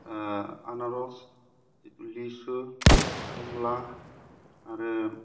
अनारस लिसु खमला आरो